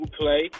Play